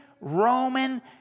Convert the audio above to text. Roman